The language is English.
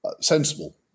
sensible